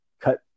cut